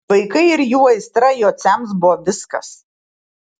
vaikai ir jų aistra jociams buvo viskas